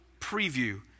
preview